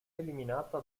eliminata